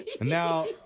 Now